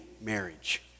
marriage